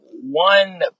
one